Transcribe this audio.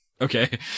okay